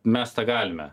mes tą galime